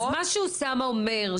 אז מה שאוסאמה אומר,